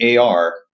AR